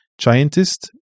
scientist